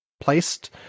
placed